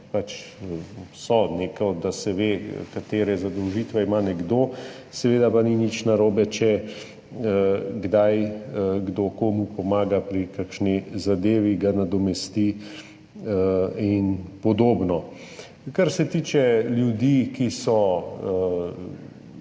Pač so tako, da se ve, katere zadolžitve ima nekdo, seveda pa ni nič narobe, če kdaj kdo komu pomaga pri kakšni zadevi, ga nadomesti in podobno. Kar se tiče ljudi, ki so odšli